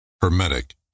Hermetic